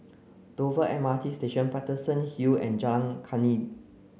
Dover M R T Station Paterson Hill and Jalan Kandis